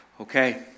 Okay